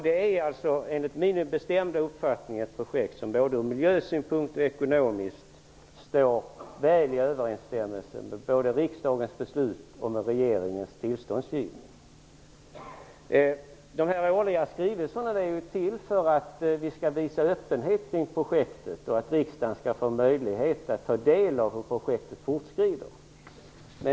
Det är enligt min bestämda uppfattning ett projekt som både ur miljösynpunkt och ekonomisk synpunktstår väl i överensstämmelse med både riksdagens beslut och regeringens tillståndsgivning. De årliga skrivelserna är till för att visa öppenhet kring projektet och för att riksdagen skall få möjlighet att ta del av hur projektet fortskrider.